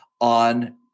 on